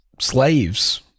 slaves